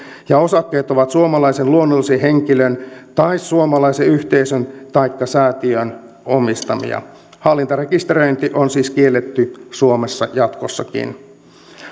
jos osakkeet ovat suomalaisen luonnollisen henkilön tai suomalaisen yhteisön taikka säätiön omistamia hallintarekisteröinti on siis kielletty suomessa jatkossakin